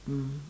mm